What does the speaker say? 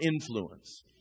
influence